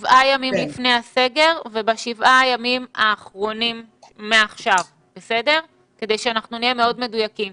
7 ימים לפני הסגר וב-7 ימים האחרונים מעכשיו כדי שנהיה מאוד מדויקים.